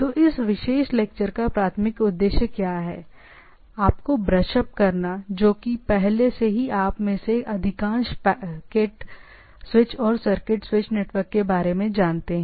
तो इस विशेष लेक्चर का प्राथमिक उद्देश्य क्या है आपको ब्रश अप करना जो कि पहले से ही आप में से अधिकांश पैकेट स्विच और सर्किट स्विच्ड नेटवर्क के बारे में जानते हों